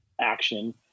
action